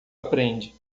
aprende